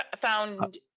found